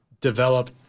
develop